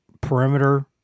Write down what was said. perimeter